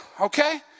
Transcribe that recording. okay